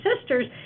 sisters